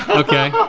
okay.